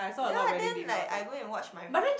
ya then like I go and watch my